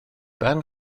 barn